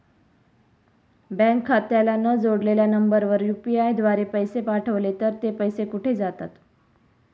Bank खात्याला न जोडलेल्या नंबरवर यु.पी.आय द्वारे पैसे पाठवले तर ते पैसे कुठे जातात?